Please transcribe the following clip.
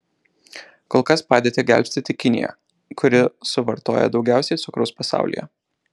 kol kas padėtį gelbsti tik kinija kuri suvartoja daugiausiai cukraus pasaulyje